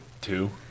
Two